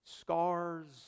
scars